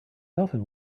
often